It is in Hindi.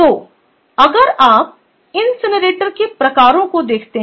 तो अगर आप इनसिनरेटर के प्रकारों को देखते हैं